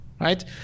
right